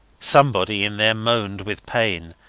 somebody in there moaned with pain,